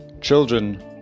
children